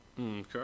Okay